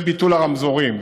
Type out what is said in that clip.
זה ביטול הרמזורים.